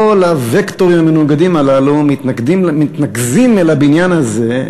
כל הווקטורים המנוגדים הללו מתנקזים אל הבניין הזה,